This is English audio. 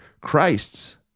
Christ's